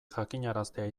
jakinaraztea